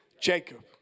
Jacob